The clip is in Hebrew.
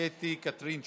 קטי קטרין שטרית,